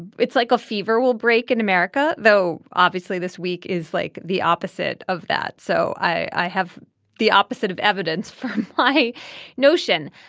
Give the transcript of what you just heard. it's like a fever will break in america though obviously this week is like the opposite of that. so i have the opposite of evidence for my notion.